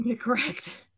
Correct